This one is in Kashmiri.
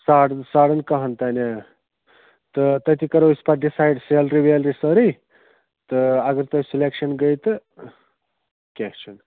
ساڑَن ساڑَن کاہَن تانۍ آ تہٕ تٔتھٕے کَرو أسۍ پَتہٕ ڈِسایڈ سیلری ویلری سٲرٕے تہٕ اگر تۄہہِ سِلیکشَن گٔے تہٕ کیٚنٛہہ چھُنہٕ